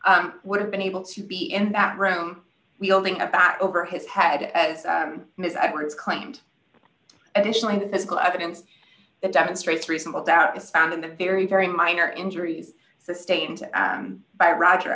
would have been able to be in that room wielding a bat over his head as ms edwards claimed additionally the physical evidence that demonstrates reasonable doubt is found in the very very minor injuries sustained by roger